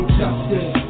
justice